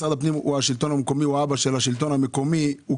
משרד הפנים הוא האבא של השלטון המקומי והוא